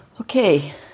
Okay